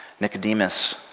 Nicodemus